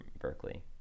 Berkeley